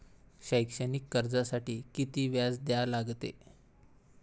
शैक्षणिक कर्जासाठी किती व्याज द्या लागते?